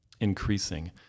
increasing